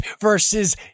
versus